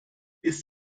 ist